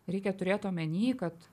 reikia turėt omeny kad